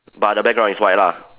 but the background is white lah